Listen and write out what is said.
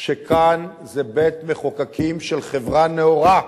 שכאן זה בית-מחוקקים של חברה נאורה,